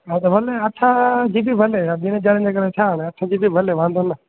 हा त भले अठ जी बी हले ॿिन जे करे छा हाणे अठ जी बी बि हले वांदो न